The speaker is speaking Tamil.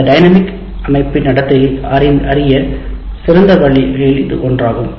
அந்த டைனமிக் அமைப்பின் நடத்தையை அறிய சிறந்த வழிகளில் அது ஒன்றாகும்